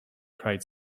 cried